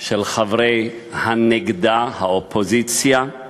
של חברי הנֶגדה, האופוזיציה,